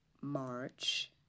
March